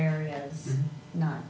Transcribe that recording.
areas not